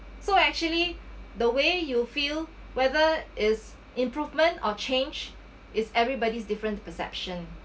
so actually the way you feel whether is improvement or change is everybody's different perception